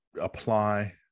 apply